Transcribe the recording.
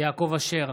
יעקב אשר,